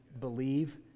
believe